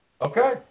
Okay